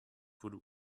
wurde